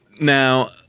Now